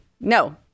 no